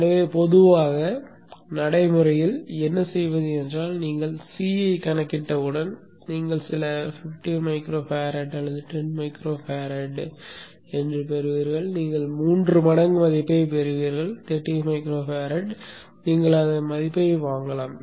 எனவே பொதுவாக நடைமுறையில் என்ன செய்வது என்றால் நீங்கள் c ஐக் கணக்கிட்டவுடன் நீங்கள் சில 15μF அல்லது 10 μFஐ பெறுவீர்கள் நீங்கள் மூன்று மடங்கு மதிப்பைப் பெறுவீர்கள் 30μF நீங்கள் அந்த மதிப்பை வைக்கலாம்